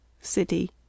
City